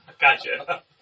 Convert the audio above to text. Gotcha